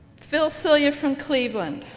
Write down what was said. phil sillia from cleveland,